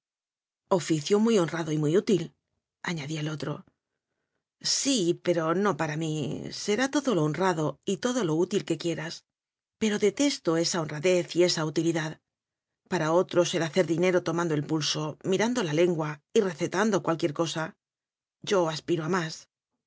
oficio muy honrado y muy útil aña día el otro sí pero no para mí será todo lo honra do y todo lo útil que quieras pero detesto esa honradez y esa utilidad para otros el ha cer dinero tomando el pulso mirando la len gua y recetando cualquier cosa yo aspiro a más